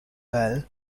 bell